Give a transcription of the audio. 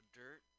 dirt